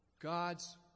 God's